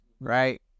right